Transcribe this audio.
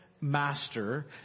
master